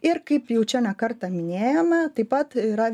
ir kaip jau čia ne kartą minėjome taip pat yra